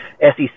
SEC